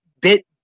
bit